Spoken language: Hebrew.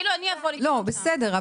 לא, בסדר.